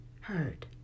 heard